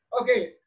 Okay